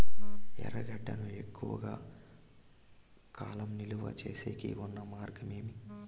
ఎర్రగడ్డ ను ఎక్కువగా కాలం నిలువ సేసేకి ఉన్న మార్గం ఏమి?